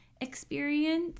experience